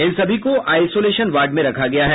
इन सभी को isolation ward में रखा गया है